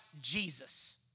Jesus